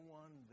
one